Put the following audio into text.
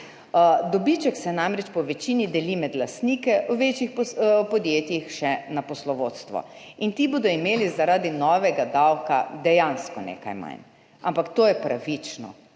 Dobiček se namreč po večini deli med lastnike, v večjih podjetjih še na poslovodstvo in ti bodo imeli zaradi novega davka dejansko nekaj manj. Ampak to je pravično,